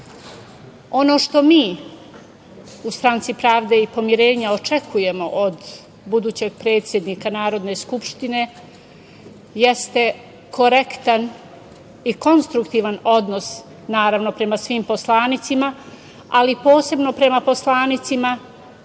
što mi u stranici Pravde i pomirenja očekujemo od budućeg predsednika Narodne skupštine jeste korektan i konstruktivan odnos, naravno prema svim poslanicima, ali posebno prema poslanicima